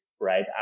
right